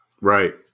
Right